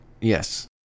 Yes